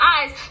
eyes